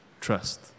Trust